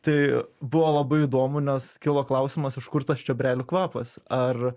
tai buvo labai įdomu nes kilo klausimas iš kur tas čiobrelių kvapas ar